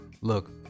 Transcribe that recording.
Look